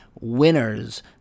winners